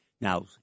Now